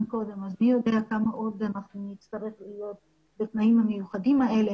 קודם אם נצטרך להיות בתנאים מיוחדים אלה